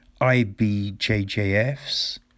IBJJFs